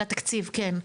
על התקציב, כן.